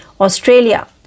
australia